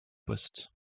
postes